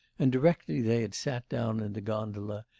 and directly they had sat down in the gondola,